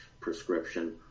prescription